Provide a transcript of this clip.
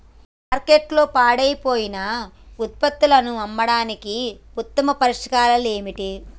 మార్కెట్లో పాడైపోయిన ఉత్పత్తులను అమ్మడానికి ఉత్తమ పరిష్కారాలు ఏమిటి?